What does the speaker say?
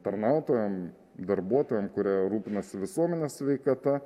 tarnautojam darbuotojam kurie rūpinasi visuomenės sveikata